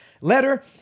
letter